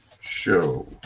show